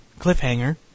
cliffhanger